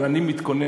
אבל אני מתכונן,